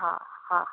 हा हा हा